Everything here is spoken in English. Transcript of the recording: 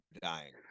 dying